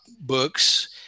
books